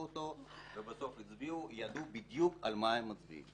אותו ובסוף הצביעו ידעו בדיוק על מה הם מצביעים.